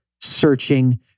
searching